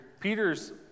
Peter's